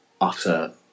utter